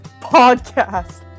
podcast